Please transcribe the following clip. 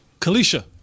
Kalisha